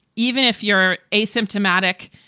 even if you're asymptomatic,